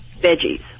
veggies